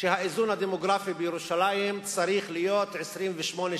שהאיזון הדמוגרפי בירושלים צריך להיות 72 28,